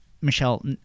Michelle